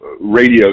radio